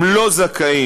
הם לא זכאים,